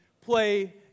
play